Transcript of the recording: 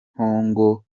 mpongo